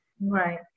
Right